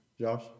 Josh